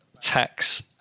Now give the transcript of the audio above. tax